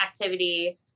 activity